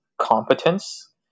competence